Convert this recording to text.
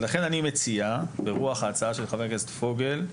לכן אני מציע ברוח ההצעה של חבר הכנסת פוגל,